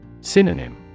Synonym